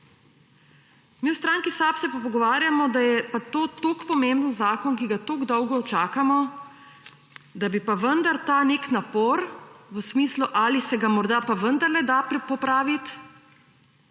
Mi v stranki SAB se pa pogovarjamo, da je pa to tako pomemben zakon, ki ga tako dolgo čakamo, da bi pa vendar ta nek napor v smislu, ali se ga morda pa vendarle da popraviti,